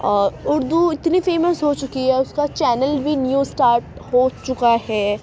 اور اردو اتنی فیمس ہو چکی ہے اس کا چینل بھی نیو اسٹارٹ ہو چکا ہے